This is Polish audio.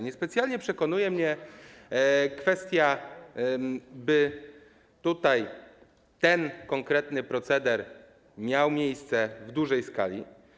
Niespecjalnie przekonuje mnie kwestia, by tutaj ten konkretny proceder miał miejsce w dużej skali.